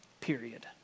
period